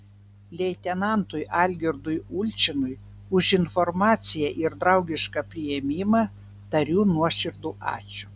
leitenantui algirdui ulčinui už informaciją ir draugišką priėmimą tariu nuoširdų ačiū